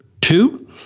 Two